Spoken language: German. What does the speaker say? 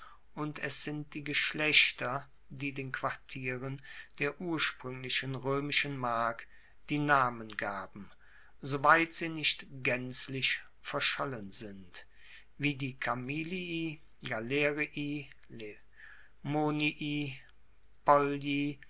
und es sind die geschlechter die den quartieren der urspruenglichen roemischen mark die namen gaben soweit sie nicht gaenzlich verschollen sind wie die